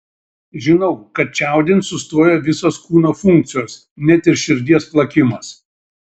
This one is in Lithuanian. žinau kad čiaudint sustoja visos kūno funkcijos net ir širdies plakimas